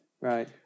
Right